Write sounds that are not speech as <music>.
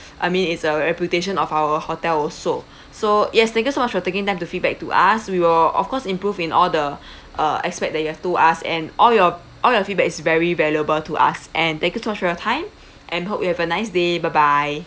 I mean it's a reputation of our hotel also so yes thank you so much for taking time to feedback to us we will of course improve in all the <breath> uh expect that you have told us and all your all your feedback is very valuable to us and thank you for your time and hope you have a nice day bye bye